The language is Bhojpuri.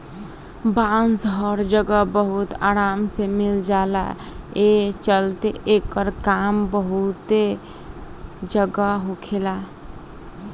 बांस हर जगह बहुत आराम से मिल जाला, ए चलते एकर काम बहुते जगह होखेला